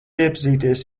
iepazīties